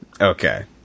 Okay